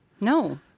No